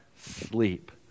Sleep